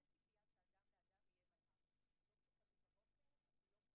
אבל גברים מתביישים להודות בהתעמרות והם מפחדים